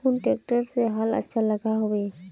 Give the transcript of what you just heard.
कुन ट्रैक्टर से हाल अच्छा लागोहो होबे?